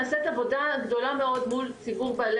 נעשית עבודה גדולה מאוד מול ציבור בעלי